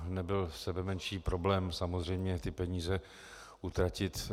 Nebyl sebemenší problém samozřejmě ty peníze utratit.